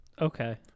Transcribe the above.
Okay